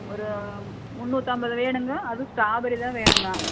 ஒரு முந்நூற்றைம்பது வேணுங்க அதுவும் ஸ்டாபெரி தான் வேணுங்க